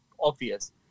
obvious